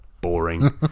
boring